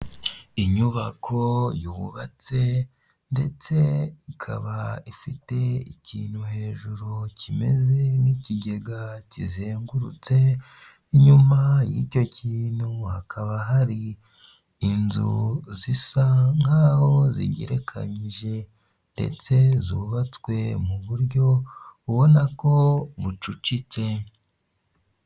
Inyubako yubatse, ndetse ikaba ifite ikintu hejuru kimeze nk'ikigega kizengurutse, inyuma y'icyo kintu hakaba hari inzu zisa nkaho zigerekanyije. Ndetse zubatswe mu buryo ubona ko bucucitse.